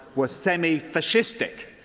were semi-fascistic.